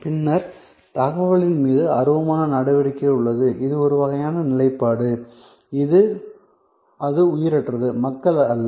பின்னர் தகவலின் மீது அருவமான நடவடிக்கை உள்ளது இது ஒரு வகையான நிலைப்பாடு அது உயிரற்றது மக்கள் அல்ல